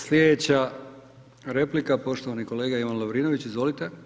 Slijedeća replika, poštovani kolega Ivan Lovrinović, izvolite.